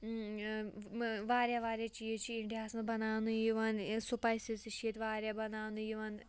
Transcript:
واریاہ واریاہ چیٖز چھِ اِنڈیاہَس منٛز بَناونہٕ یِوان سُپایسِز تہِ چھِ ییٚتہِ واریاہ بَناونہٕ یِوان